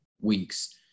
weeks